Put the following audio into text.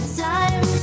time